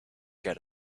get